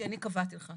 כי אני קבעתי לך.